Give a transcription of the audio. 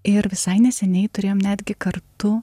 ir visai neseniai turėjom netgi kartu